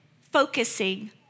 focusing